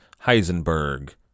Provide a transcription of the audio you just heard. Heisenberg